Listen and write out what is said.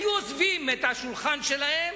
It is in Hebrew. היו עוזבים את השולחן שלהם,